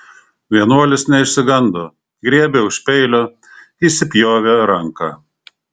vienuolis neišsigando griebė už peilio įsipjovė ranką